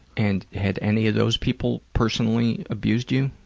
and had any of those people personally abused you?